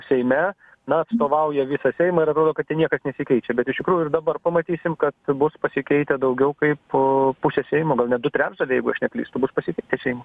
seime na atstovauja visą seimą ir atrodo kad ten niekas nesikeičia bet iš tikrųjų ir dabar pamatysim kad bus pasikeitę daugiau kaip pusė seimo gal net du trečdaliai jeigu aš neklystu bus pasikeitę seimo